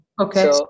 Okay